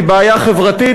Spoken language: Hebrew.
היא בעיה חברתית,